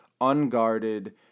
unguarded